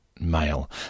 male